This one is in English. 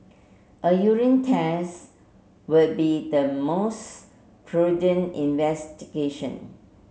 a urine test would be the most prudent investigation